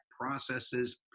processes